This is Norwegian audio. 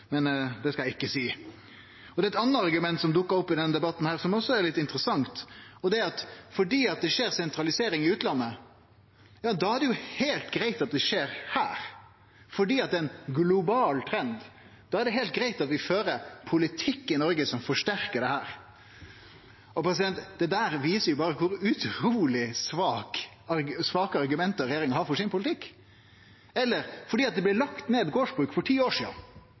Men det skal eg ikkje seie. Det er eit anna argument som også dukkar opp i denne debatten, som også er litt interessant. Det er at fordi det skjer sentralisering i utlandet, er det heilt greitt at det skjer her. Fordi det er ein global trend, er det heilt greitt at vi fører ein politikk i Noreg som forsterkar det. Det viser jo berre kor utruleg svake argument regjeringa har for politikken sin. Eit anna argument er at fordi det blei lagt ned gardsbruk for ti år sidan,